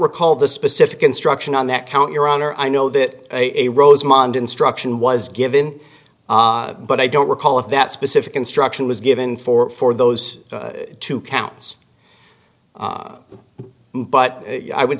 recall the specific instruction on that count your honor i know that a rosemont instruction was given but i don't recall if that specific instruction was given four for those two counts but i would